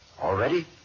Already